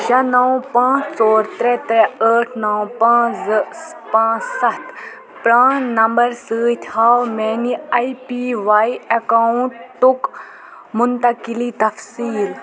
شےٚ نو پانٛژ ژور ترٛےٚ ترٛےٚ ٲٹھ نو پانٛژ زٕ پانٛژ ستھ پران نمبرٕ سۭتۍ ہاو میٛانہِ آئی پی واے اکاؤنٹُک منتقلی تفصیٖل